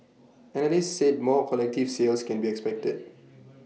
analysts said more collective sales can be expected